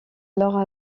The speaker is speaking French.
alors